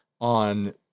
on